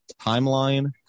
timeline